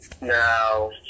Now